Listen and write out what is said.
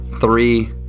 three